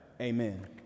Amen